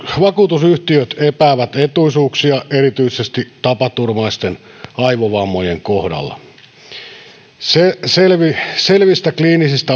vakuutusyhtiöt epäävät etuisuuksia erityisesti tapaturmaisten aivovammojen kohdalla selvistä kliinisistä